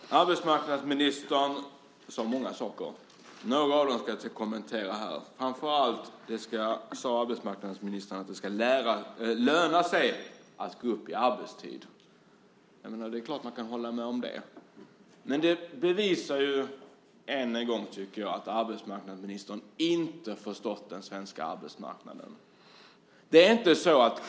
Herr talman! Arbetsmarknadsministern sade många saker. Jag ska kommentera några av dem. Arbetsmarknadsministern sade framför allt att det ska löna sig att gå upp i arbetstid. Det är klart att man kan hålla med om det. Jag tycker att det än en gång bevisar att arbetsmarknadsministern inte har förstått den svenska arbetsmarknaden.